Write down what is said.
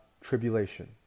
tribulation